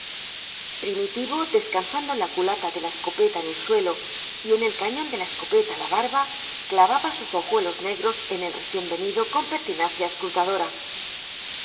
primitivo descansando la culata de la escopeta en el suelo y en el cañón de la escopeta la barba clavaba sus ojuelos negros en el recién venido con pertinacia escrutadora